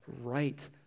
right